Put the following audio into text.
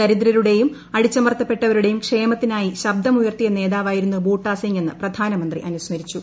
ദരിദ്രരുടെയും അടിച്ചമർത്തപ്പെട്ടവരുടെയും ക്ഷേമത്തിനായി ശബ്ദമുയർത്തിയ നേതാവായിരുന്നു ബൂട്ടാ സിങ് എന്ന് പ്രധാനമന്ത്രി അനുസ്മരിച്ചു